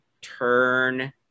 turn